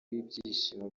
w’ibyishimo